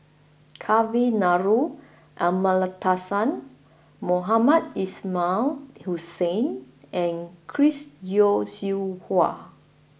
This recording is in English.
Kavignareru Amallathasan Mohamed Ismail Hussain and Chris Yeo Siew Hua